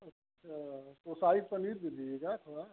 अच्छा वो शाही पनीर भी दीजिएगा थोड़ा